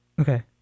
Okay